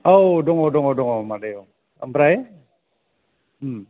औ दङ दङ दङ मादै औ आमफ्राय उम